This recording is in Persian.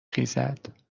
خیزد